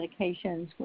medications